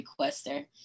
requester